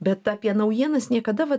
bet apie naujienas niekada va